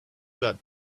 got